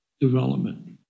development